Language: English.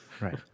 Right